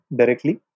directly